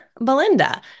Belinda